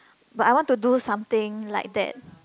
but I want to do something like that